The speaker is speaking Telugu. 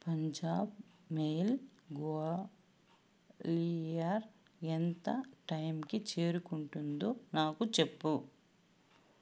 పంజాబ్ మెయిల్ గ్వాలియర్ ఎంత టైంకి చేరుకుంటుందో నాకు చెప్పు